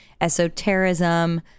esotericism